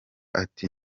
ati